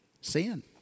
Sin